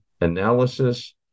analysis